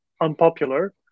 unpopular